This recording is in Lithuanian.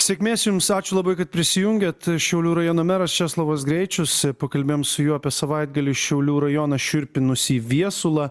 sėkmės jums ačiū labai kad prisijungėt šiaulių rajono meras česlovas greičius pakalbėjom su juo apie savaitgalį šiaulių rajoną šiurpinusį viesulą